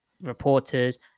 reporters